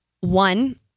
One